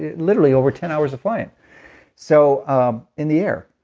literally over ten hours of flying so ah in the air